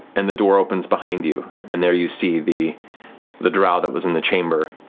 and the door opens behind you and there you see the the drow that was in the chamber,